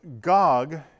Gog